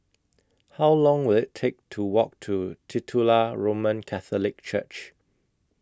How Long Will IT Take to Walk to Titular Roman Catholic Church